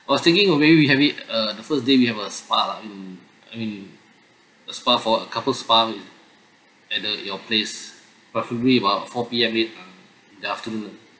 I was thinking maybe we have it uh the first day we have a spa lah and I mean a spa for a couple's spa at the your place preferably about four P_M late uh in the afternoon